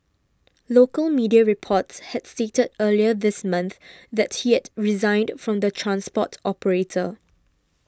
local media reports had stated earlier this month that he had resigned from the transport operator